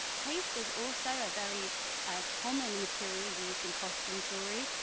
paste is also a very common material used in costume jewellery.